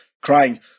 crying